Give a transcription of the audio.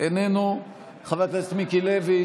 איננו, חבר הכנסת מיקי לוי